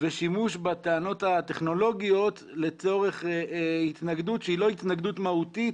ושימוש בטענות הטכנולוגיות לצורך התנגדות שהיא לא התנגדות מהותית